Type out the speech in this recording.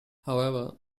however